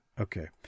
Okay